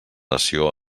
nació